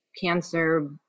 cancer